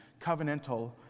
covenantal